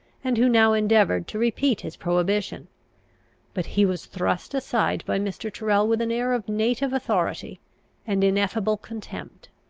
and who now endeavoured to repeat his prohibition but he was thrust aside by mr. tyrrel with an air of native authority and ineffable contempt.